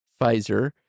Pfizer